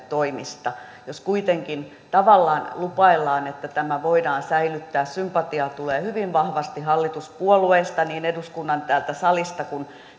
toimista jos kuitenkin tavallaan lupaillaan että tämä voidaan säilyttää sympatiaa tulee hyvin vahvasti hallituspuolueista niin täältä eduskunnan salista kuin